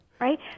Right